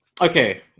Okay